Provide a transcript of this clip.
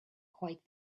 quite